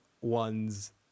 ones